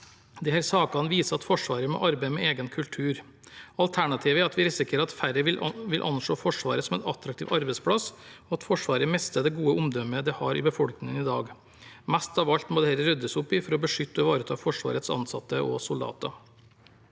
Disse sakene viser at Forsvaret må arbeide med egen kultur. Alternativet er at vi risikerer at færre vil anse Forsvaret som en attraktiv arbeidsplass, og at Forsvaret mister det gode omdømmet det har i befolkningen i dag. Mest av alt må dette ryddes opp i for å beskytte og ivareta Forsvarets ansatte og soldater.